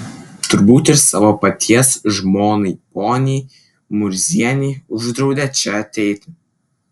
turbūt ir savo paties žmonai poniai murzienei uždraudė čia ateiti